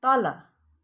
तल